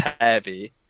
heavy